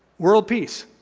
world peace,